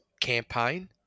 campaign